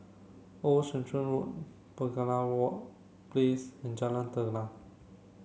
Old Sarum Road Penaga Walk Place and Jalan Telang